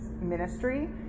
ministry